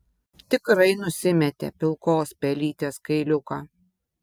tikrai nusimetė pilkos pelytės kailiuką